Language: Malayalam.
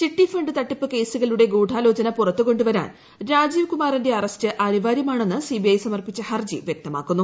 ചിട്ടിഫണ്ട് തട്ടിപ്പു കേസുകളുടെ ഗൂഢാലോചന പുറത്തുകൊണ്ടുവരാൻ രാജീവ് കുമാറിന്റെ അറസ്റ്റ് അനിവാര്യമാണെന്ന് സിബിഐ സമർപ്പിച്ച ഹർജി വൃക്തമാക്കുന്നു